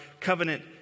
covenant